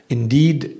Indeed